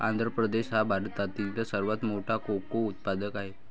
आंध्र प्रदेश हा भारतातील सर्वात मोठा कोको उत्पादक आहे